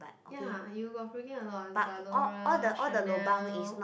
ya you got freaking a lot Zalora Chanel